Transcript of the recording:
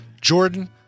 Jordan